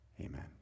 Amen